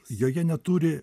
joje neturi